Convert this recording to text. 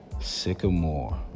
Sycamore